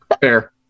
Fair